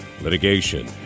litigation